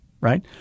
Right